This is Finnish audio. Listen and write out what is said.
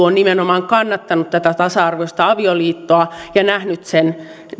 on nimenomaan kannattanut tasa arvoista avioliittoa ja nähnyt sen